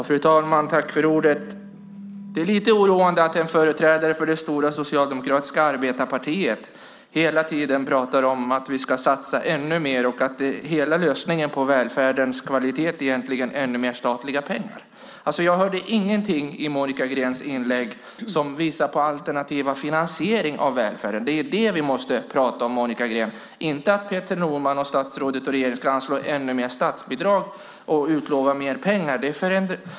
Fru talman! Det är lite oroande att en företrädare för det stora socialdemokratiska arbetarpartiet hela tiden pratar om att vi ska satsa ännu mer och att hela lösningen på välfärdens kvalitet egentligen är ännu mer statliga pengar. Jag hörde ingenting i Monica Greens inlägg som visade på alternativ finansiering av välfärden. Det är det som vi måste prata om, Monica Green, inte att statsrådet Peter Norman och regeringen ska anslå ännu mer statsbidrag och utlova mer pengar.